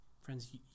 friends